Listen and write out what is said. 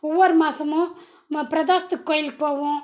ஒவ்வொரு மாதமும் ம பிரதோஷத்துக்கு கோயிலுக்குப் போவோம்